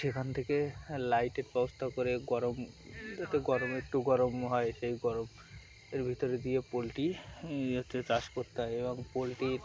সেখান থেকে লাইটের ব্যবস্থা করে গরম যাতে গরম একটু গরম হয় সেই গরমর ভিতরে দিয়ে পোলট্রি ই হচ্ছে চাষ করতে হয় এবং পোলট্রির